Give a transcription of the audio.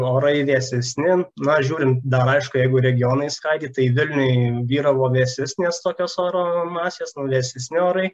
orai vėsesni na žiūrin dar aišku jeigu regionais ką gi tai vilniuj vyravo vėsesnės tokios oro masės vėsesni orai